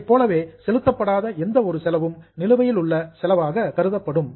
அதைப்போலவே செலுத்தப்படாத எந்த ஒரு செலவும் நிலுவையிலுள்ள செலவாக கருதப்படும்